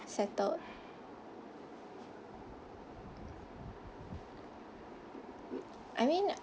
settled I mean